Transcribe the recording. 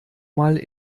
mal